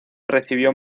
recibió